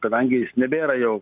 kadangi jis nebėra jau